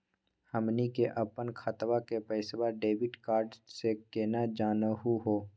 हमनी के अपन खतवा के पैसवा डेबिट कार्ड से केना जानहु हो?